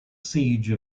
siege